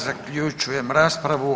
Zaključujem raspravu.